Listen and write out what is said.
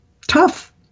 tough